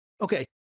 Okay